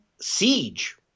siege